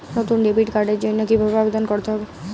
নতুন ডেবিট কার্ডের জন্য কীভাবে আবেদন করতে হবে?